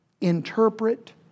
interpret